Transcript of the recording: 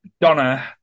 Donna